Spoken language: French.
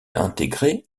intégrée